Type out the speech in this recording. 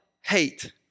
hate